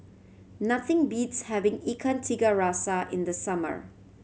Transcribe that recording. nothing beats having Ikan Tiga Rasa in the summer